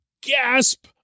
gasp